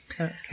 Okay